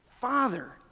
Father